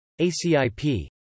ACIP